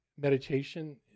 Meditation